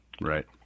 Right